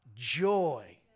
Joy